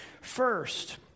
First